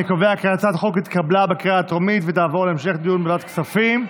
אני קובע כי הצעת החוק עברה, ותעבור לוועדת כספים.